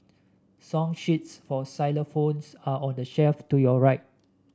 song sheets for xylophones are on the shelf to your right